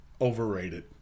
overrated